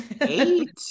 Eight